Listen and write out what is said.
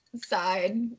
side